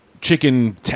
chicken